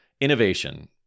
innovation